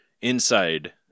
Inside